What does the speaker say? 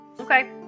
Okay